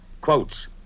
Quotes